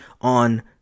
on